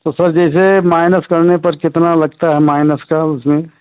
तो सर जैसे माइनस करने पर कितना लगता है माइनस का उसमें